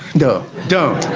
no, don't,